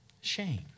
Shame